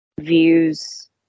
views